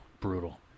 brutal